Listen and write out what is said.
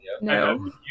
no